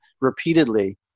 repeatedly